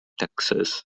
taxes